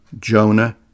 Jonah